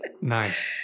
Nice